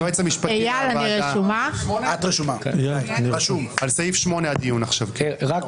הדיון עכשיו על סעיף 8. היועץ המשפטי לוועדה.